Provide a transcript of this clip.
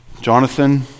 Jonathan